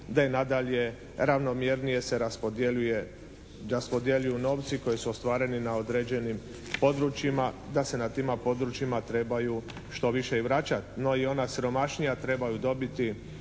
da i nadalje ravnomjernije se raspodjeljuju novci koji su ostvareni na određenim područjima, da se na tima područjima trebaju što više i vraćati. No, i ona siromašnija trebaju dobiti